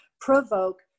provoke